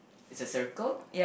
it's a circle